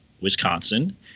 Wisconsin